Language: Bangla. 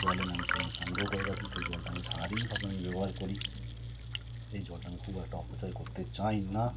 জল এনে আমি সেখানে সংগ্রহ করে রাখি সেই জলটা আমায় সারা দিন ভাবে আমি ব্যবহার করি সেই জলটা আমি খুব একটা অপচয় করতে চাই না